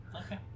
Okay